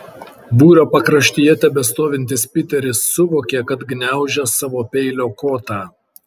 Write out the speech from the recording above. būrio pakraštyje tebestovintis piteris suvokė kad gniaužia savo peilio kotą